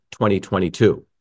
2022